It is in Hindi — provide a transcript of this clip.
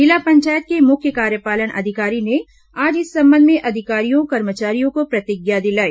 जिला पंचायत के मुख्य कार्यपालन अधिकारी ने आज इस संबंध में अधिकारियों कर्मचारियों को प्रतिज्ञा दिलाई